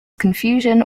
confusion